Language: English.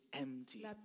empty